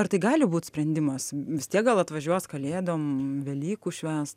ar tai gali būt sprendimas vis tiek gal atvažiuos kalėdom velykų švęst